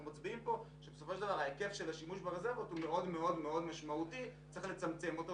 אנחנו מראים שהיקף השימוש ברזרבות הוא מאוד משמעותי ויש לצמצמו.